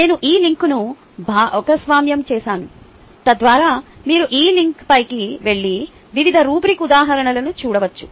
నేను ఈ లింక్ను భాగస్వామ్యం చేసాను తద్వారా మీరు ఈ లింక్పైకి వెళ్లి వివిధ రుబ్రిక్ ఉదాహరణలను చూడవచ్చు